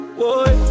Boy